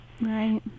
Right